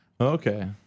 Okay